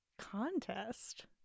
contest